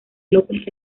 lópez